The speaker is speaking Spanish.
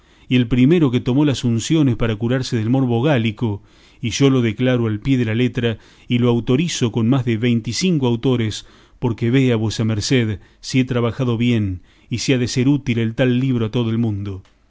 el primero que tomó las unciones para curarse del morbo gálico y yo lo declaro al pie de la letra y lo autorizo con más de veinte y cinco autores porque vea vuesa merced si he trabajado bien y si ha de ser útil el tal libro a todo el mundo